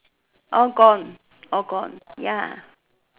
all gone all gone ya